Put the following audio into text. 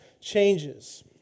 changes